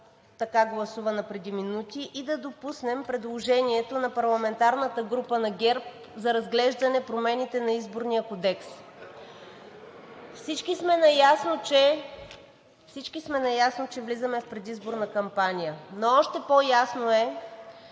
така гласувана преди минути, и да допуснем предложението на парламентарната група на ГЕРБ за разглеждане промените на Изборния кодекс. (Оживление.) Всички сме наясно, че влизаме в предизборна кампания, но още по-ясно е,